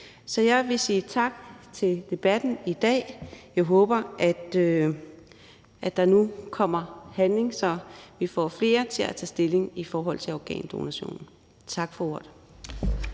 Så jeg vil sige tak for debatten i dag. Jeg håber, at der nu kommer handling, så vi får flere til at tage stilling i forhold til organdonation. Tak for ordet.